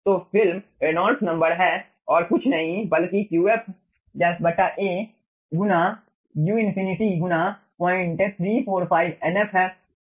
तो film Reynolds number है और कुछ नहीं बल्कि Qf A गुना u∞ गुना 0345Nf है